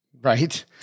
Right